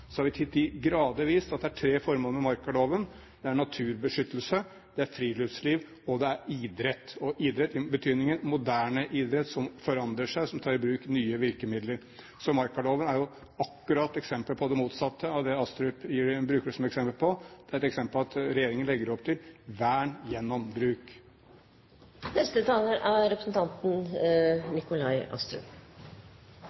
Så har vi til de grader vist at det er tre formål med markaloven: Det er naturbeskyttelse, det er friluftsliv og det er idrett, idrett i betydningen moderne idrett som forandrer seg, og som tar i bruk nye virkemidler. Markaloven er jo akkurat et eksempel på det motsatte av det Astrup bruker som eksempel. Det er et eksempel på at regjeringen legger opp til vern gjennom bruk. Det er